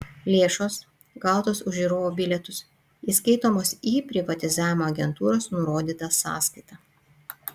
lėšos gautos už žiūrovo bilietus įskaitomos į privatizavimo agentūros nurodytą sąskaitą